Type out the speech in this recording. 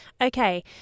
Okay